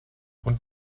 und